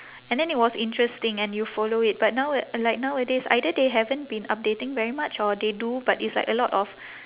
and then it was interesting and you follow it but now like nowadays either they haven't been updating very much or they do but it's like a lot of